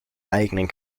eigenen